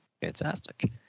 Fantastic